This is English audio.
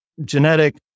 genetic